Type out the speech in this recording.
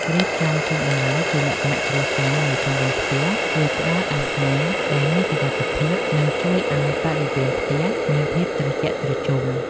រៀបចំសួនបន្លែជាលក្ខណៈគ្រួសារនៅជុំវិញផ្ទះជួយផ្ដល់អាហារដែលមានសុវត្ថិភាព និង ជួយឱ្យបរិវេណផ្ទះមានភាពត្រជាក់ត្រជុំ។